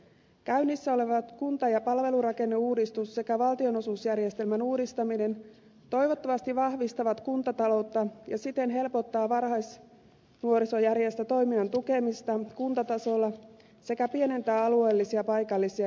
käynnissä olevat kunta ja palvelurakenneuudistus sekä valtionosuusjärjestelmän uudistaminen toivottavasti vahvistavat kuntataloutta ja siten helpottavat varhaisnuorisojärjestötoiminnan tukemista kuntatasolla sekä pienentävät alueellisia ja paikallisia eroja